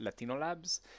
latinolabs